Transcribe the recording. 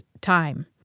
time